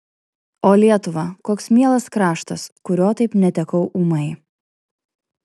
o lietuva koks mielas kraštas kurio taip netekau ūmai